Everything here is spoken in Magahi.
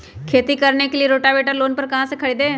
खेती करने के लिए रोटावेटर लोन पर कहाँ से खरीदे?